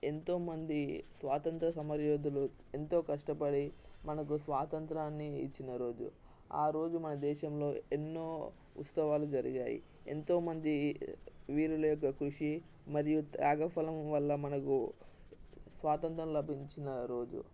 ఎంతోమంది స్వాతంత్ర సమరయోధులు ఎంతో కష్టపడి మనకు స్వాతంత్రాన్ని ఇచ్చిన రోజు ఆ రోజు మన దేశంలో ఎన్నో ఉత్సవాలు జరిగాయి ఎంతోమంది వీరుల యొక్క కృషి మరియు త్యాగఫలం వల్ల మనకు స్వాతంత్రం లభించిన రోజు